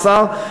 השר,